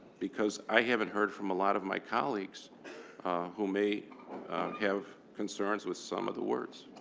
because i haven't heard from a lot of my colleagues who may have concerns with some of the words.